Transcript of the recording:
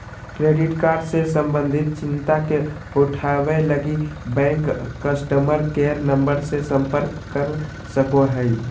credit card से संबंधित चिंता के उठावैय लगी, बैंक कस्टमर केयर नम्बर से संपर्क कर सको हइ